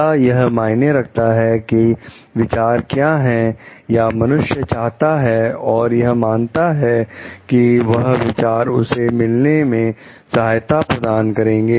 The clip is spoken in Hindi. क्या यह मायने रखता है कि विचार क्या है या मनुष्य चाहता है और यह मानता है कि वह विचार उसे मिलने में सहायता प्रदान करेंगे